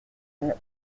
neuf